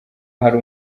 hari